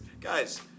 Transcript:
guys